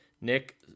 Nick